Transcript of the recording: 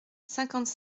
cinquante